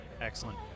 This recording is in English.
Excellent